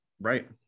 Right